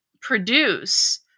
produce